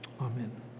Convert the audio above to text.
Amen